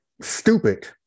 stupid